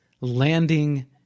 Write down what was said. landing